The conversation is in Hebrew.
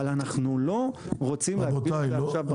אבל אנחנו לא רוצים להגביל עכשיו בחוק.